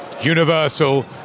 Universal